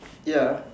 ya